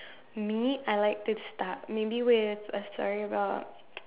me I like to start maybe where a story about